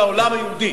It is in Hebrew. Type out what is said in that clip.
מול העולם היהודי.